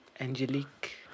Angelique